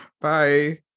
Bye